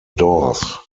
doors